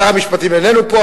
שר המשפטים איננו פה.